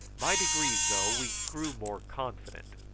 by degrees, though, we grew more confident,